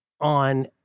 on